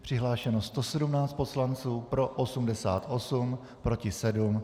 Přihlášeno 117 poslanců, pro 88, proti 7.